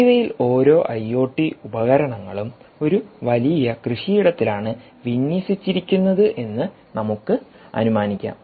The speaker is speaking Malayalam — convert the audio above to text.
ഇവയിൽ ഓരോ ഐഒടി ഉപകരണങ്ങളും ഒരു വലിയ കൃഷിയിടത്തിലാണ് വിന്യസിച്ചിരിക്കുന്നത് എന്ന് നമുക്ക് അനുമാനിക്കാം